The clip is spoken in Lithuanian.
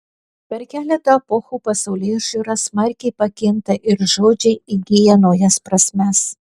per keletą epochų pasaulėžiūra smarkiai pakinta ir žodžiai įgyja naujas prasmes